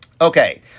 Okay